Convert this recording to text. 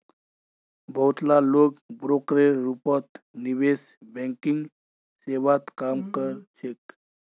बहुत ला लोग ब्रोकरेर रूपत निवेश बैंकिंग सेवात काम कर छेक